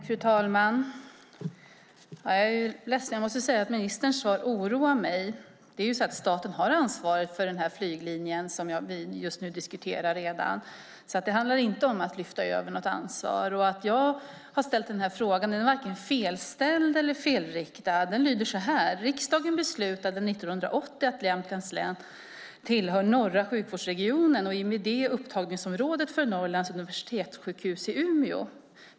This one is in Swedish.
Fru talman! Jag är ledsen, men jag måste säga att ministerns svar oroar mig. Staten har redan ansvaret för den flyglinje som vi just nu diskuterar. Det handlar inte om att lyfta över något ansvar. Min fråga är varken felställd eller felriktad. Den lyder: Riksdagen beslutade 1980 att Jämtlands län tillhör norra sjukvårdsregionen och i och med det upptagningsområdet för Norrlands universitetssjukhus i Umeå.